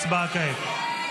הצבעה כעת.